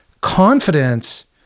confidence